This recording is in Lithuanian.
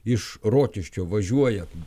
iš rokiškio važiuoja